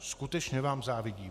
Skutečně vám závidím.